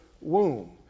womb